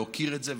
להוקיר את זה.